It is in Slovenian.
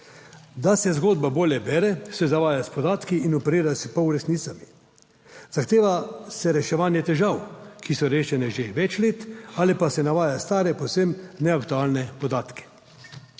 Da se zgodba bolje bere, se zavaja s podatki in operira s polresnicami. Zahteva se reševanje težav, ki so rešene že več let, ali pa se navaja stare, povsem neaktualne podatke.